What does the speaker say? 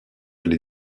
les